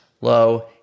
low